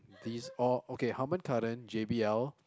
these all okay Harman-Cardon J_B_L